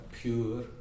pure